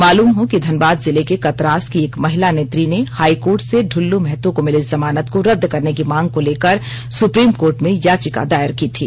मालूम हो कि धनबाद जिले के कतरास की एक महिला नेत्री ने हाई कोर्ट से ढुलू महतो को मिली जमानत को रद्द करने की मांग को लेकर सुप्रीम कोर्ट में याचिका दायर की थी